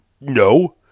No